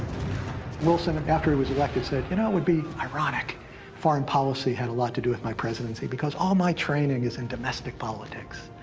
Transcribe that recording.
wilson, after he was elected, said, you know, it would be ironic if foreign policy had a lot to do with my presidency because all my training is in domestic politics.